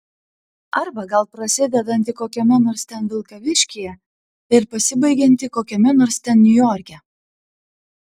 arba gal prasidedantį kokiame nors ten vilkaviškyje ir pasibaigiantį kokiame nors ten niujorke